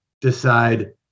decide